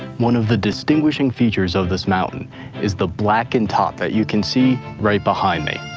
one of the distinguishing features of this mountain is the blackened top that you can see right behind me.